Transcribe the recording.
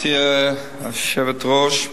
גברתי היושבת-ראש,